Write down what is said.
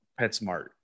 PetSmart